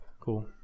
Cool